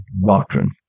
doctrine